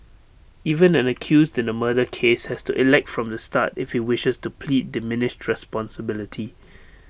even an accused in A murder case has to elect from the start if he wishes to plead diminished responsibility